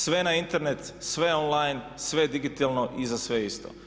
Sve na Internet, sve online, sve digitalno i za sve isto.